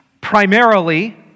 primarily